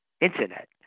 Internet